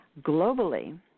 Globally